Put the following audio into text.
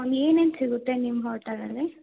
ಏನೇನು ಸಿಗುತ್ತೆ ನಿಮ್ಮ ಹೋಟಲಲ್ಲಿ